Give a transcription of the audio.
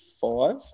five